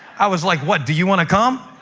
i was like, what? do you want to come?